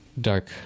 dark